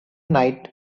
night